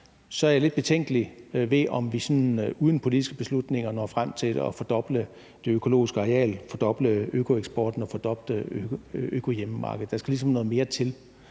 så er jeg lidt betænkelig ved, om vi sådan uden politiske beslutninger kan nå frem til at fordoble det økologiske areal, fordoble økoeksporten og fordoble økohjemmemarkedet. Der skal ligesom noget mere til,